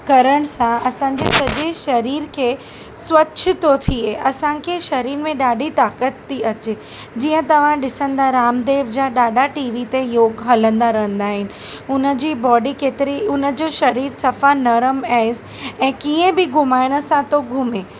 करण सां असांजे सॼे शरीर खे स्वच्छ थो थिए असांखे शरीर में ॾाढी ताक़ात थी अचे जींअ तवव्हां ॾिसंदा रामदेव जा ॾाढा टी वी ते योग हलंदा रहंदा आहिनि हुनजी बॉडी केतिरी हुनजो शरीर सफ़ा नरम आहेसि ऐं कीअं बि घुमाइण सा थो घुमे